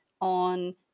on